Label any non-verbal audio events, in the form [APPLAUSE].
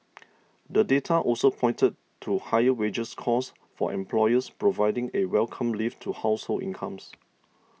[NOISE] the data also pointed to higher wages costs for employers providing a welcome lift to household incomes